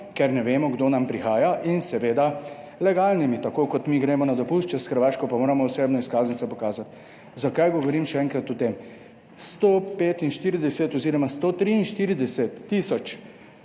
ker ne vemo, kdo nam prihaja in seveda legalnimi, tako kot mi gremo na dopust čez Hrvaško, pa moramo osebno izkaznico pokazati. Zakaj govorim še enkrat o tem? 145 oziroma 143 tisoč